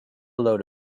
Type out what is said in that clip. load